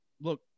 look